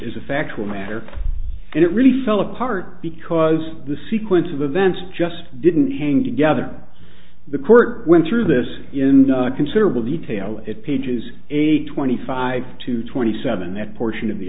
is a factual matter and it really fell apart because the sequence of events just didn't hang together the court went through this in considerable detail at pages eight twenty five to twenty seven that portion of the